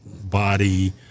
body